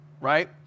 right